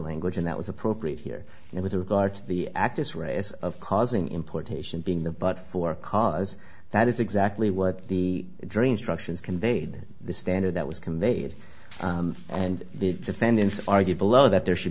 language and that was appropriate here and with regard to the actus reus of causing importation being the but for cause that is exactly what the dream structures conveyed the standard that was conveyed and the defendant argued below that there should